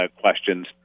questions